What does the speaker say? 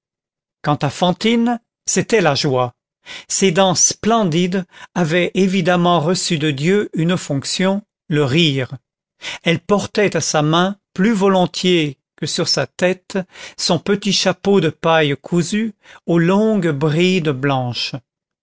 quant à fantine c'était la joie ses dents splendides avaient évidemment reçu de dieu une fonction le rire elle portait à sa main plus volontiers que sur sa tête son petit chapeau de paille cousue aux longues brides blanches